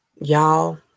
y'all